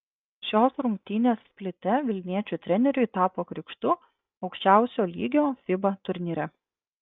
šios rungtynės splite vilniečių treneriui tapo krikštu aukščiausio lygio fiba turnyre